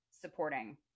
supporting